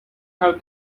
have